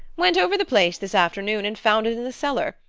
went over the place this afternoon and found it in the cellar.